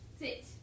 Sit